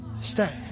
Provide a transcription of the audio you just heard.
Stay